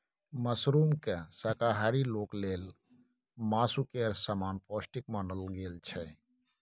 मशरूमकेँ शाकाहारी लोक लेल मासु केर समान पौष्टिक मानल गेल छै